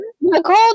Nicole